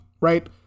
right